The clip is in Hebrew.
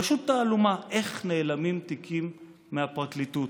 פשוט תעלומה: איך נעלמים תיקים מהפרקליטות?